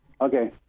Okay